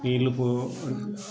నీళ్ళు పో